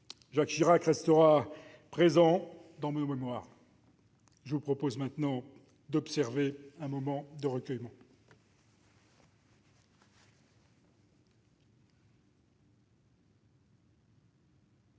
Jacques Chirac restera présent dans nos mémoires. Je vous propose maintenant d'observer un moment de recueillement.